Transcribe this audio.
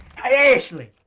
hey ashley,